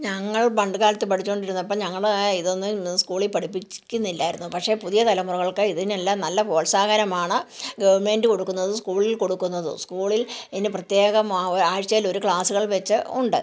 ഞങ്ങൾ പണ്ടു കാലത്ത് പഠിച്ചു കൊണ്ടിരുന്നപ്പം ഞങ്ങൾ ആ ഇതൊന്നും സ്കൂളിൽ പഠിപ്പിക്കുന്നില്ലായിരുന്നു പക്ഷേ പുതിയ തലമുറകൾക്ക് ഇതിനെല്ലാം നല്ല പ്രോത്സാഹനമാണ് ഗവൺമെൻറ് കൊടുക്കുന്നത് സ്കൂളിൽ കൊടുക്കുന്നത് സ്കൂളിൽ ഇതിന് പ്രത്യേകമായി ഒരു ആഴ്ചയിൽ ഒരു ക്ലാസുകൾ വെച്ച് ഉണ്ട്